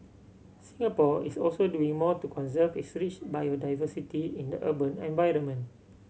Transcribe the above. Singapore is also doing more to conserve its rich biodiversity in the urban environment